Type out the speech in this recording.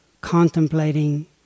contemplating